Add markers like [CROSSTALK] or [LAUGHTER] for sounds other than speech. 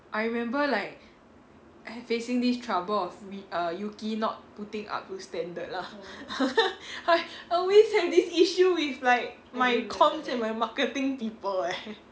I remember like I facing this trouble of we err yuki not putting up to standard lah [LAUGHS] I I always have this issue with like my comms and my marketing people leh [LAUGHS]